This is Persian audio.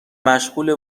مشغوله